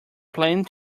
planning